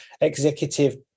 executive